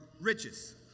riches